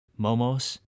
Momos